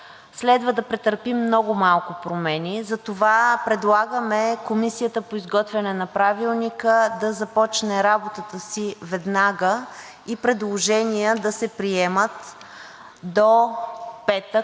следва да претърпи много малко промени. Затова предлагаме Комисията по изготвяне на Правилника да започне работата си веднага и предложения да се приемат до петък